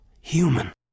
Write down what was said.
...human